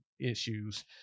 issues